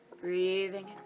Breathing